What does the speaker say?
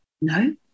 No